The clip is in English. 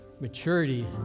Maturity